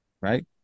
right